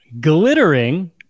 glittering